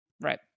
Right